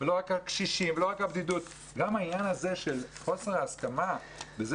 לא רק הקשישים ולא רק הבדידות אלא גם העניין הזה של חוסר ההסכמה לכך